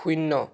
শূন্য